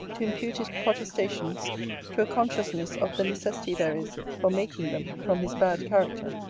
to impute his protestations to a consciousness of the necessity there is for making them from his bad character.